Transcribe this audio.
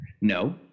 no